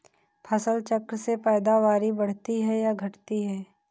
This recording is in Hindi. फसल चक्र से पैदावारी बढ़ती है या घटती है?